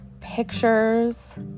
pictures